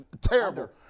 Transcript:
terrible